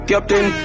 Captain